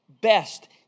best